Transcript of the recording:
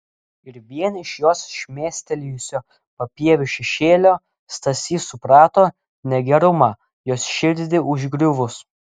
ir vien iš jos šmėstelėjusio papieviu šešėlio stasys suprato negerumą jos širdį užgriuvus